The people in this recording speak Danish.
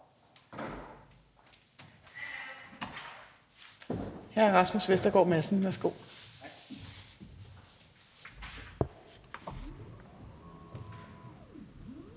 Hr. Rasmus Vestergaard Madsen, værsgo.